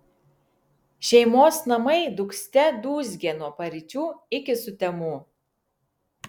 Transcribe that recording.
šeimos namai dūgzte dūzgė nuo paryčių iki sutemų